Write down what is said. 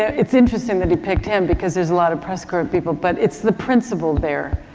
it's interesting that he picked him because there's a lot of press core people, but it's the principle there.